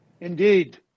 Indeed